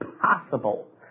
possible